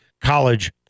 college